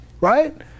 right